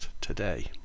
today